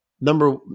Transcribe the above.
number